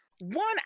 one